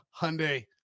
Hyundai